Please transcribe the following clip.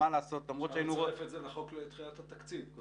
אפשר לצרף את זה לחוק לדחיית התקציב.